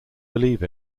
believe